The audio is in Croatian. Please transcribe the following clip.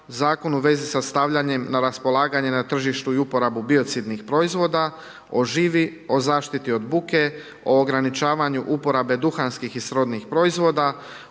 Zakon u vezi sa stavljanjem na raspolaganje na tržištu i uporabu biocidnih proizvoda, o živi, o zaštiti od buke, o ograničavanju uporabe duhanskih i srodnih proizvoda,